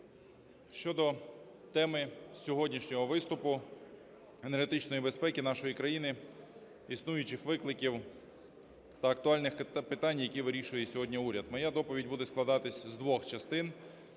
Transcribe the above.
Щодо теми сьогоднішнього виступу – енергетичної безпеки нашої країни, існуючих викликів та актуальних питань, які вирішує сьогодні уряд, моя доповідь буде складатися з двох частин.